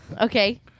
Okay